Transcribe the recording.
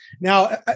now